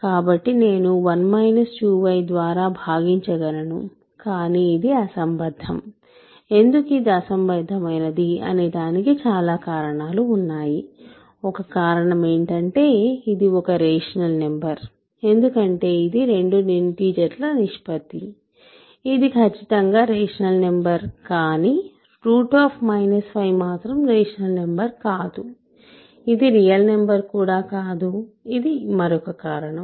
కాబట్టి నేను 1 2 y ద్వారా భాగించగలను కానీ ఇది అసంబద్ధం ఎందుకు ఇది అసంబద్ధమైనది అనే దానికి చాలా కారణాలు ఉన్నాయి ఒక కారణం ఏమిటంటే ఇది ఒక రేషనల్ నెంబర్ ఎందుకంటే ఇది రెండు ఇంటిజర్ల నిష్పత్తి ఇది ఖచ్చితంగా రేషనల్ నెంబర్ కానీ 5మాత్రం రేషనల్ నంబర్ కాదు ఇది రియల్ నెంబర్ కూడా కాదు ఇది మరొక కారణం